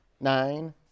nine